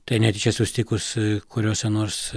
tai netyčia susitikus kuriose nors